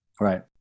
Right